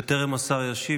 בטרם השר ימשיך,